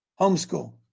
Homeschool